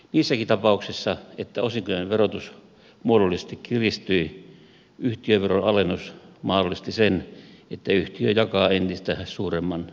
niissäkin tapauksissa joissa osinkojen verotus muodollisesti kiristyi yhtiöveron alennus mahdollisti sen että yhtiö jakaa entistä suuremman osingon